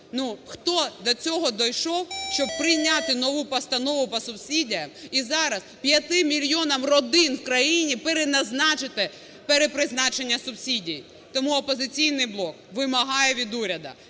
хто до цього дійшов, щоб прийняти нову постанову по субсидіям і зараз 5 мільйонам родин в країні переназначити перепризначення субсидій? Тому "Опозиційний блок" вимагає від уряду